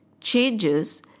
changes